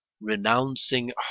renouncing